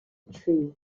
tree